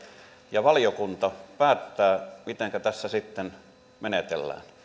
ja valiokunta päättää mitenkä tässä sitten menetellään